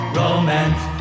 romance